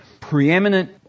preeminent